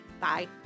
Bye